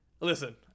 Listen